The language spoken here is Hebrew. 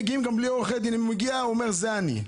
הוא מגיע ואומר: זה אני,